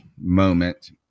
moment